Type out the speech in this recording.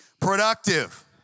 productive